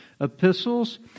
epistles